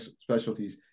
specialties